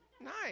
Nice